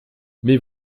mais